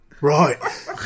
Right